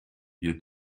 ihr